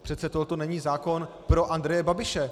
Přece tohle není zákon pro Andreje Babiše.